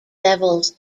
levels